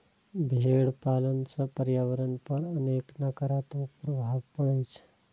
भेड़ पालन सं पर्यावरण पर अनेक नकारात्मक प्रभाव पड़ै छै